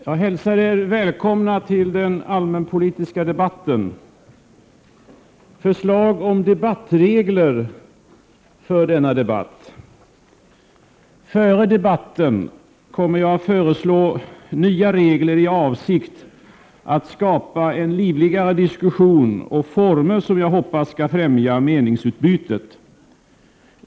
Jag hälsar er välkomna till den allmänpolitiska debatten. Före debatten kommer jag att föreslå nya regler i avsikt att skapa en livligare diskussion och former som jag hoppas skall främja meningsutbytet.